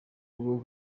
bwo